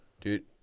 Dude